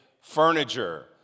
furniture